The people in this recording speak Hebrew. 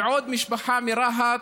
ועוד משפחה מרהט,